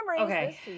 Okay